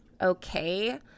Okay